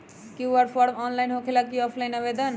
QR form online होकेला कि offline आवेदन?